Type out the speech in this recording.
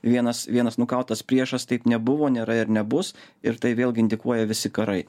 vienas vienas nukautas priešas taip nebuvo nėra ir nebus ir tai vėlgi indikuoja visi karai